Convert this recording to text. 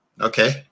Okay